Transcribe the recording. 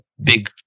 Big